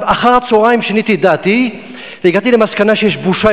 אבל אחר הצהריים שיניתי את דעתי והגעתי למסקנה שיש בושה